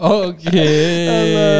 okay